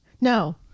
No